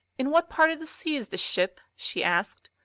in what part of the sea is this ship? she asked.